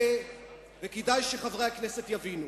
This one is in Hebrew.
כדאי שחברי הכנסת יבינו,